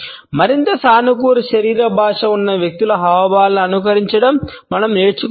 మరింత సానుకూల శరీర భాష ఉన్న వ్యక్తుల హావభావాలను అనుకరించడం మనం నేర్చుకోవచ్చు